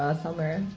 ah somewhere,